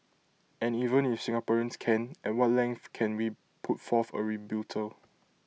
and even if Singaporeans can at what length can we put forth A rebuttal